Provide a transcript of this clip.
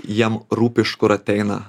jam rūpi iš kur ateina